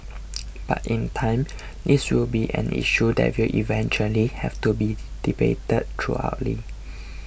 but in time this will be an issue that will eventually have to be debated throughout